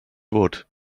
wood